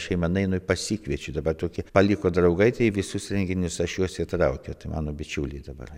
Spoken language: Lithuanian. šeimą nueinu ir pasikviečiu dabar tokie paliko draugai tai į visus renginius aš juos įtraukiu tai mano bičiuliai dabar